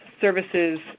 services